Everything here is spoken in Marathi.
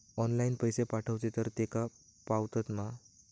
ऑनलाइन पैसे पाठवचे तर तेका पावतत मा?